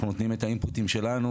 אנחנו נותנים את האינפוטים שלנו,